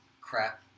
crap